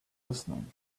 listening